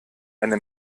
eine